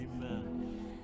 amen